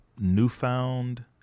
newfound